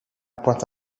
pointe